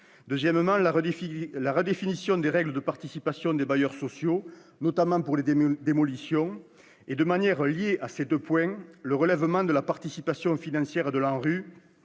ensuite, la redéfinition des règles de participation des bailleurs sociaux, notamment pour les démolitions ; enfin, dernier point lié aux deux autres, le relèvement de la participation financière de l'ANRU